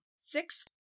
Six